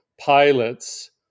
pilots